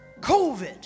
COVID